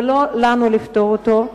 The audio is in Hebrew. ולא לנו לפתור אותו.